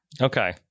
Okay